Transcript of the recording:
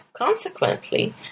Consequently